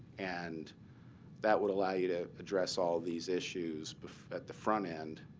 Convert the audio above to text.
and that would allow you to address all of these issues at the front end.